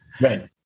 Right